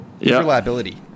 reliability